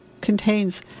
contains